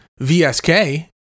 VSK